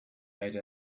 made